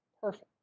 perfect